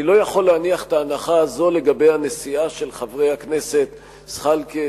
אני לא יכול להניח את ההנחה הזאת לגבי הנסיעה של חברי הכנסת זחאלקה,